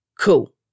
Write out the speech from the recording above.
Cool